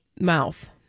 mouth